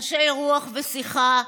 אנשי רוח ושיחה,